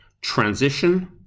transition